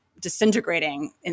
disintegrating